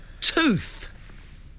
Tooth